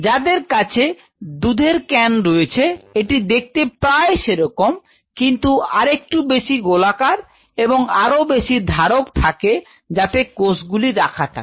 যাদের কাছে দুধের কেন রয়েছে এটি দেখতে প্রায় সেরকম কিন্তু আরেকটু বেশি গোলাকার এবং আরো বেশি ধারক থাকে যাতে কোষ গুলি রাখা থাকে